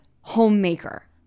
homemaker